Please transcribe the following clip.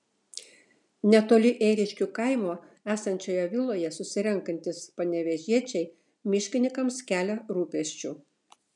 netoli ėriškių kaimo esančioje viloje susirenkantys panevėžiečiai miškininkams kelia rūpesčių